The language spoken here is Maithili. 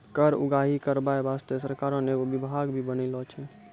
कर उगाही करबाय बासतें सरकार ने एगो बिभाग भी बनालो छै